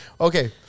Okay